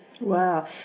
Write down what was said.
Wow